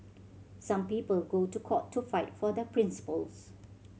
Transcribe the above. some people go to court to fight for their principles